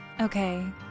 Okay